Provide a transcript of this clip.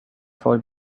fall